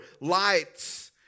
lights